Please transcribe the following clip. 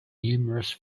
numerous